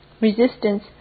Resistance